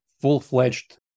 full-fledged